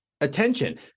attention